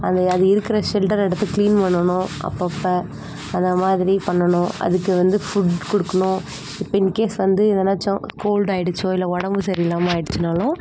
அந்த அது இருக்கிற ஷெல்ட்டரை எடுத்து க்ளீன் பண்ணணும் அப்பப்போ அந்த மாதிரி பண்ணணும் அதுக்கு வந்து ஃபுட் கொடுக்கணும் இப்போ இன்கேஸ் வந்து எதுனாச்சும் கோல்ட் ஆகிடுச்சோ இல்லை உடம்பு சரியில்லாம ஆகிடுச்சினாலும்